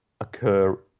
occur